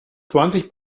zwanzig